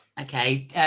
okay